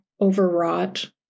overwrought